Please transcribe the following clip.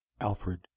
Alfred